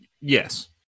Yes